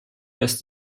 dass